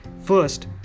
first